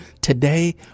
Today